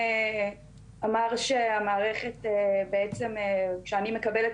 דנה: רונן אמר שהמערכת בעצם כשאני מקבלת